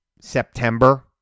September